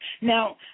Now